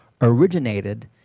originated